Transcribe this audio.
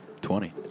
twenty